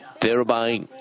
thereby